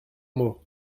mot